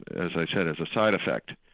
as i said, as a side effect.